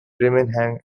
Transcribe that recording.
birmingham